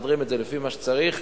מסדרים את זה לפי מה שצריך.